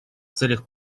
целях